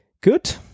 Good